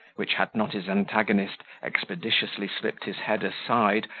which, had not his antagonist expeditiously slipped his head aside,